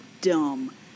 dumb